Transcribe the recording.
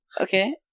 Okay